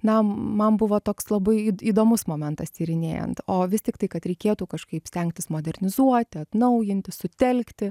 na man buvo toks labai įdomus momentas tyrinėjant o vis tiktai kad reikėtų kažkaip stengtis modernizuoti atnaujinti sutelkti